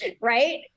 right